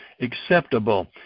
acceptable